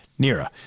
Nira